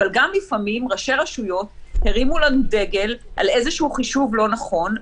אבל גם לפעמים ראשי רשויות הרימו לנו דגל על איזשהו חישוב לא נכון,